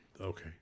Okay